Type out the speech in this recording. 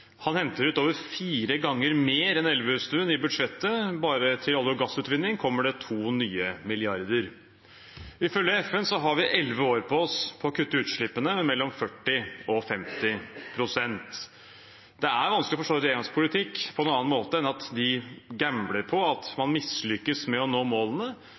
Han henter ut over fire ganger mer enn Elvestuen i budsjettet – bare til olje- og gassutvinning kommer det to nye milliarder. Ifølge FN har vi 11 år på oss på å kutte utslippene med mellom 40 og 50 pst. Det er vanskelig å forstå regjeringens politikk på en annen måte enn at de gambler på at man mislykkes med å nå målene,